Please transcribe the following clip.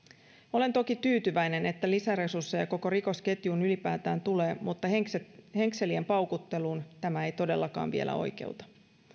olen toki tyytyväinen että lisäresursseja koko rikosketjuun ylipäätään tulee mutta henkselien henkselien paukutteluun tämä ei todellakaan vielä oikeuta